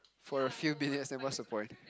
for a few minutes then what's the point